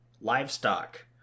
livestock